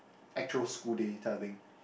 actual school day type of thing